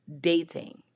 dating